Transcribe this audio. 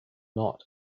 not